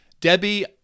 Debbie